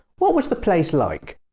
what was the place like?